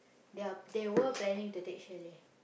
they are they were planning to take chalet